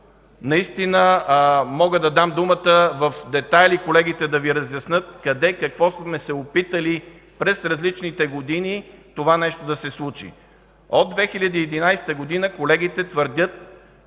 наистина мога да дам думата в детайли и колегите да Ви разяснят къде какво сме се опитали през различните години това нещо да се случи от 2011 г. колегите твърдят,